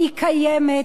היא קיימת.